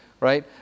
right